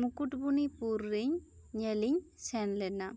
ᱢᱩᱠᱩᱴᱢᱩᱱᱤᱯᱩᱨ ᱨᱤᱧ ᱥᱮᱱ ᱞᱮᱱᱟ